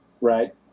Right